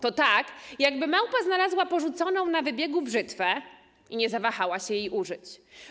To tak, jakby małpa znalazła porzuconą na wybiegu brzytwę i nie zawahała się jej użyć.